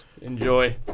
Enjoy